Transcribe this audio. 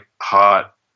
hot